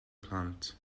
plant